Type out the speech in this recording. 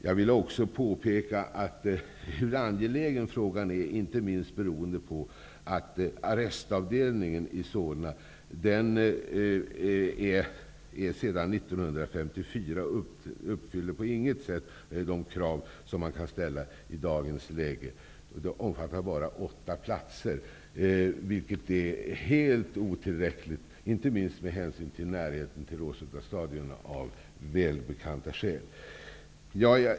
Jag vill också påpeka hur angelägen frågan är inte minst beroende på att arrestavdelningen sedan 1954 inte på något sätt har uppfyllt de krav som ställs. Avdelningen omfattar bara åtta platser. Det är helt otillräckligt, inte minst med hänsyn till närheten till Råsunda stadion -- av välbekanta skäl.